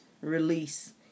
release